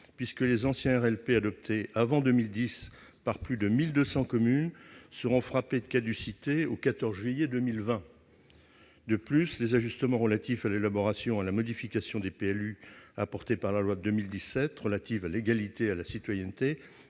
puisque les anciens RLP, adoptés avant 2010 par plus de 1 200 communes, seront frappés de caducité au 14 juillet 2020. De plus, les ajustements relatifs à l'élaboration et la modification des PLU apportés par la loi de 2017 relative à l'égalité et à la citoyenneté